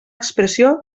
expressió